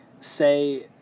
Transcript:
say